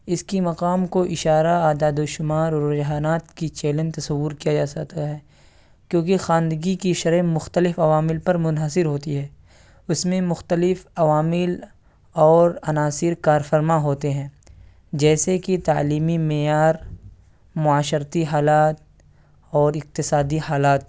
اس کی مقام کو اشارہ عدد و شمار اور رجحانات کی چیلنج تصور کیا جا ساتا ہے کیوںکہ خواندگی کی شرح مختلف عوامل پر منحصر ہوتی ہے اس میں مختلف عوامل اور عناصر کار فرما ہوتے ہیں جیسے کہ تعلیمی معیار معاشرتی حالات اور اقتصادی حالات